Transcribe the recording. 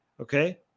Okay